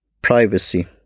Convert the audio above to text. privacy